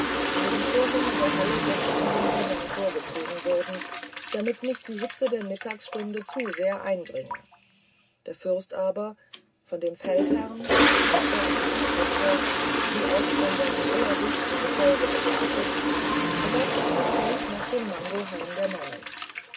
wo die vorhänge der halle jetzt von den dienern vorgezogen wurden damit nicht die hitze der mittagsstunde zu sehr hineindringe der fürst aber von dem feldherrn dem meister und seiner tochter wie auch von seinem allernächsten gefolge begleitet begab sich zu fuß nach dem mangohain der nonnen